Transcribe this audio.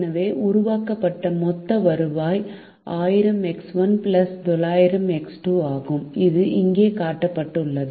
எனவே உருவாக்கப்பட்ட மொத்த வருவாய் 1000 X1 900 X2 ஆகும் இது இங்கே காட்டப்பட்டுள்ளது